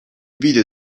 video